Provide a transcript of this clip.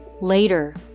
Later